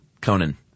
Conan